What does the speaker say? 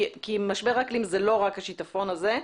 כי משבר האקלים זה לא רק השיטפון הזה.